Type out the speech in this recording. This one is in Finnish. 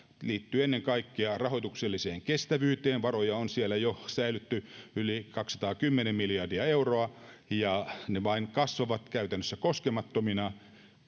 liittyy ennen kaikkea rahoitukselliseen kestävyyteen varoja on siellä säilötty jo yli kaksisataakymmentä miljardia euroa ja ne vain kasvavat käytännössä koskemattomina